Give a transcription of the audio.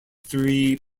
three